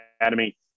Academy